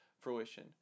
fruition